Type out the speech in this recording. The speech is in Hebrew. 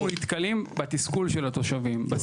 אנחנו נתקלים בתסכול של התושבים,